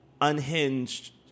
unhinged